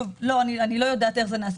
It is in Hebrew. לא, אני לא יודעת איך זה נעשה.